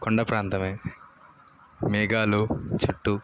కొండ ప్రాంతంమే మేఘాలు చుట్టూ